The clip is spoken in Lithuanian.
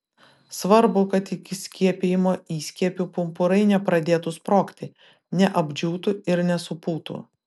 svarbu kad iki skiepijimo įskiepių pumpurai nepradėtų sprogti neapdžiūtų ir nesupūtų